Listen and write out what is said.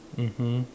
mmhmm